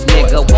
Nigga